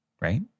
right